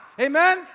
amen